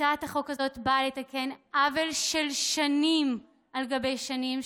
הצעת החוק הזאת באה לתקן עוול של שנים על גבי שנים.